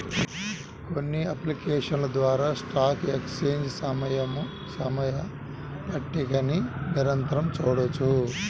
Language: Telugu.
కొన్ని అప్లికేషన్స్ ద్వారా స్టాక్ ఎక్స్చేంజ్ సమయ పట్టికని నిరంతరం చూడొచ్చు